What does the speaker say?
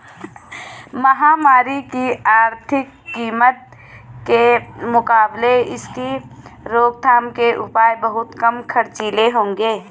महामारी की आर्थिक कीमत के मुकाबले इसकी रोकथाम के उपाय बहुत कम खर्चीले होंगे